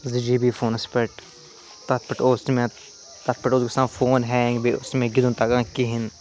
زٕ G B فونَس پٮ۪ٹھ تَتھ پٮ۪ٹھ اوس نہٕ مےٚ تَتھ پٮ۪ٹھ اوس گژھان فون ہینٛگ بیٚیہِ اوس نہٕ مےٚ گِنٛدُن تگان کِہیٖنٛۍ